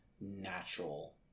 natural